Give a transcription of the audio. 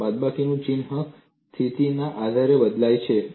બાદબાકીનું ચિહ્ન સ્થિતિના આધારે બદલાય છે